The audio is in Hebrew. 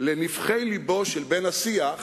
לנבכי לבו של בן-השיח